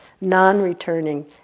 non-returning